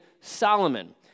Solomon